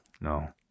No